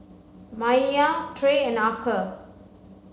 Maia Trey and Archer